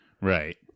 Right